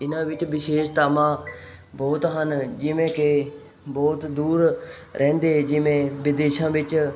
ਇਹਨਾਂ ਵਿੱਚ ਵਿਸ਼ੇਸ਼ਤਾਵਾਂ ਬਹੁਤ ਹਨ ਜਿਵੇਂ ਕਿ ਬਹੁਤ ਦੂਰ ਰਹਿੰਦੇ ਜਿਵੇਂ ਵਿਦੇਸ਼ਾਂ ਵਿੱਚ